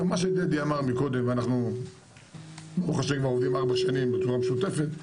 מה שדדי אמר קודם ואנחנו עובדים כבר ארבע שנים בצורה משותפת,